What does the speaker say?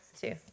two